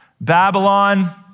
Babylon